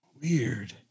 Weird